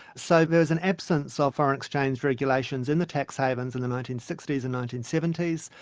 so there's an absence of foreign exchange regulations in the tax havens in the nineteen sixty s and nineteen seventy s,